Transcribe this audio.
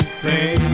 play